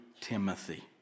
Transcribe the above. Timothy